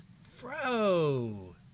Fro